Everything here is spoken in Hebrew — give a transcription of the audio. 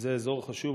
וזה אזור חשוב.